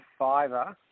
Fiverr